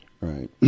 right